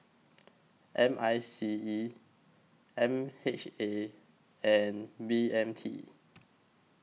M I C E M H A and B M T